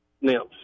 nymphs